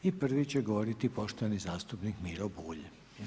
I prvi će govoriti poštovani zastupnik Miro Bulj.